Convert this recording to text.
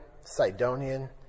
Sidonian